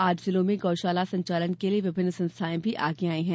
आठ जिलों में गौ शाला संचालन के लिए विभिन्न संस्थाएं भी आगे आई हैं